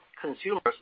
consumers